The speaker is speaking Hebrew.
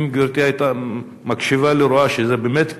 אם גברתי היתה מקשיבה היא היתה רואה שזה באמת קשור.